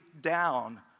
down